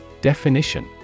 Definition